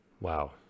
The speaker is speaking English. Wow